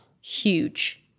huge